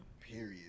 Period